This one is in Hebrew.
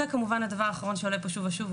וכמובן הדבר האחרון שעולה פה שוב ושוב,